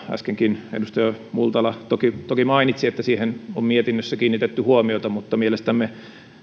äskenkin edustaja multala toki toki mainitsi että siihen on mietinnössä kiinnitetty huomiota mielestämme